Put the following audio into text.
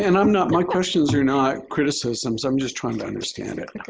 and i'm not my questions are not criticisms. i'm just trying to understand it.